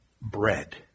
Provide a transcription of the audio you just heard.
bread